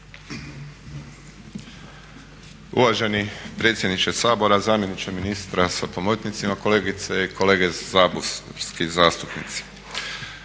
Uvaženi predsjedniče Sabora, zamjeniče ministra sa pomoćnicima, kolegice i kolege saborski zastupnici.